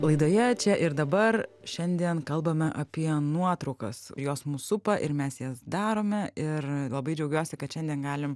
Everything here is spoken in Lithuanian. laidoje čia ir dabar šiandien kalbame apie nuotraukas jos mus supa ir mes jas darome ir labai džiaugiuosi kad šiandien galim